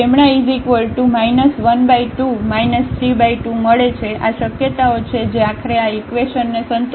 તેથી અહીંથી અમને λ 12 32 મળે છે આ શક્યતાઓ છે જે આખરે આ ઇકવેશન ને સંતોષશે